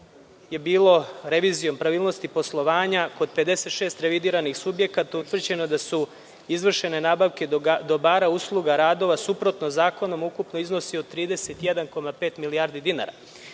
je bilo revizijom pravilnosti poslovanja kod 56 revidiranih subjekata, utvrđeno je da su izvršene nabavke dobara, usluga, radova suprotno zakonom, ukupno iznosi od 31,5 milijardi dinara.